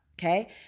okay